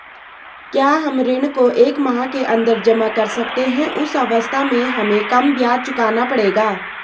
क्या हम ऋण को एक माह के अन्दर जमा कर सकते हैं उस अवस्था में हमें कम ब्याज चुकाना पड़ेगा?